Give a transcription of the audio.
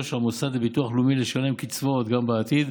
של המוסד לביטוח הלאומי לשלם קצבאות גם בעתיד.